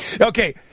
Okay